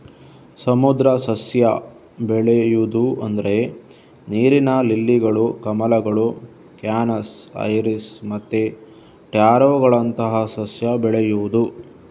ಸಮುದ್ರ ಸಸ್ಯ ಬೆಳೆಯುದು ಅಂದ್ರೆ ನೀರಿನ ಲಿಲ್ಲಿಗಳು, ಕಮಲಗಳು, ಕ್ಯಾನಸ್, ಐರಿಸ್ ಮತ್ತೆ ಟ್ಯಾರೋಗಳಂತಹ ಸಸ್ಯ ಬೆಳೆಯುದು